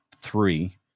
three